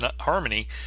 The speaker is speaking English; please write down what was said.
harmony